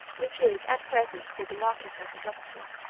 which is at present called the marquisate of lusace,